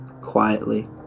quietly